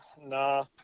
Nah